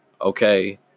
Okay